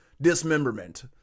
dismemberment